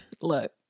look